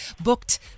Booked